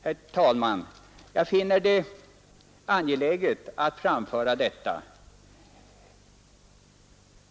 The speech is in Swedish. Herr talman! Jag finner det angeläget att framföra detta.